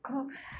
kau